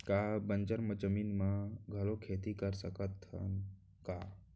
का बंजर जमीन म घलो खेती कर सकथन का?